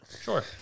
Sure